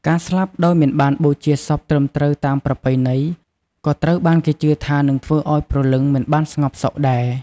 ការស្លាប់ដោយមិនបានបូជាសពត្រឹមត្រូវតាមប្រពៃណី ក៏ត្រូវបានគេជឿថានឹងធ្វើឲ្យព្រលឹងមិនបានស្ងប់សុខដែរ។